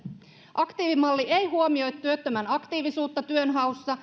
aktiivimalli ei huomioi työttömän aktiivisuutta työnhaussa